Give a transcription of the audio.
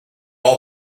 all